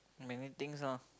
many things lah